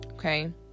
Okay